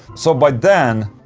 so by then.